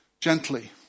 gently